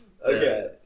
Okay